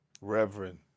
Reverend